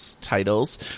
titles